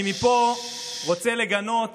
מפה אני רוצה לגנות